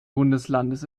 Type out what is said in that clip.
bundeslandes